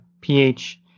pH –